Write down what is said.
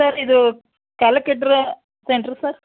sir ಇದು ಕ್ಯಾಲಕೆಡ್ರ್ centre sir